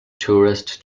tourist